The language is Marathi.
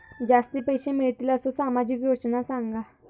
जास्ती पैशे मिळतील असो सामाजिक योजना सांगा?